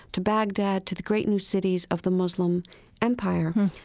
to baghdad, to the great new cities of the muslim empire.